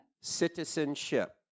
Citizenship